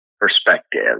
perspective